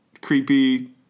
creepy